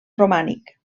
romànic